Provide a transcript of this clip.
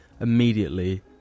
immediately